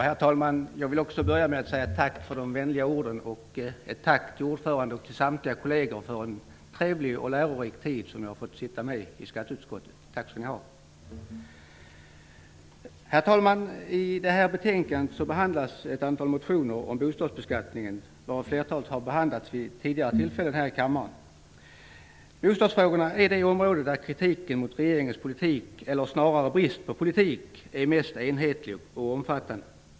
Herr talman! Jag vill börja med att också säga tack för de vänliga orden och ett tack till ordföranden och samtliga kolleger för en trevlig och lärorik tid som jag har fått sitta med i skatteutskottet. Tack skall ni ha! Herr talman! I betänkandet behandlas ett antal motioner om bostadsbeskattning, varav flertalet har behandlats vid tidigare tillfällen i kammaren. Bostadsfrågorna är det område där kritiken mot regeringens politik eller snarare brist på politik är mest enhetlig och omfattande.